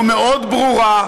ומאוד ברורה,